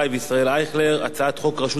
הצעת חוק רשות השידור (תיקון,